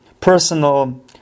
personal